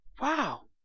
Wow